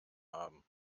haben